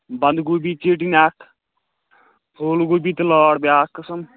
بَندگوٗبی ژیٚٹِنۍ اَکھ پھوٗل گوبی تہٕ لٲر بیٛاکھ قٕسٕم